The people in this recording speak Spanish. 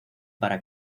para